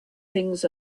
things